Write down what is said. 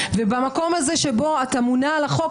ובמקום הזה שבו את אמונה על החוק,